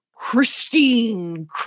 christine